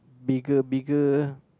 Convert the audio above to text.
bigger bigger